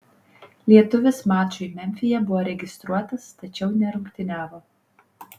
lietuvis mačui memfyje buvo registruotas tačiau nerungtyniavo